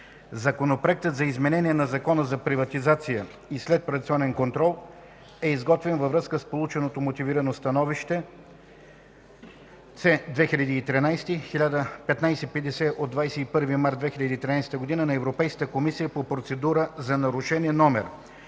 Законопроектът за изменение на Закона за приватизация и следприватизационен контрол е изготвен във връзка с получено Мотивирано становище C (2013) 1550/21.03.2013 на Европейската комисия по процедура за нарушение №